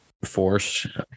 force